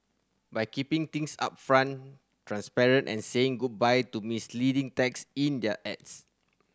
by keeping things upfront transparent and saying goodbye to misleading text in their ads